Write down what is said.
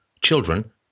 children